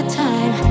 time